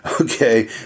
Okay